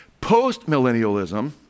Post-millennialism